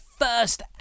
first